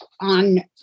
on